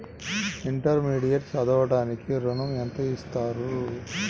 Intermediate చదవడానికి ఋణం ఎంత ఇస్తారు?